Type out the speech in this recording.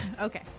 Okay